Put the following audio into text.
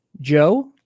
Joe